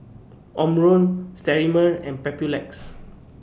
Omron Sterimar and Papulex